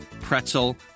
pretzel